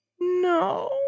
No